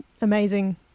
amazing